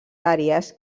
àrees